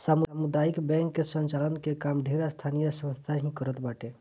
सामुदायिक बैंक कअ संचालन के काम ढेर स्थानीय संस्था ही करत बाटे